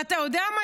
ואתה יודע מה?